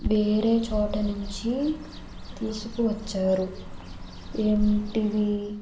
వేరే చోట నుంచి తీసుకువచ్చారు ఏంటివి